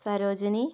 Sarojini